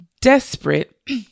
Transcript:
desperate